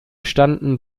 standen